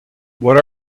what